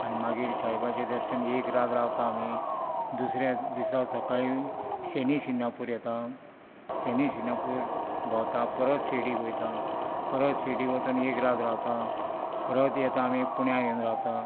आनी मागीर साईबाबाचें दर्शन एक रात रावता आमी दुसऱ्या दिसा सकाळी शनी शिग्नापूर येता शनी शिग्नापूर भोंवता परत शिर्डी वयता परत शिर्डी वचोन एक रात रावता परत येता आमी पुण्या येवन रावता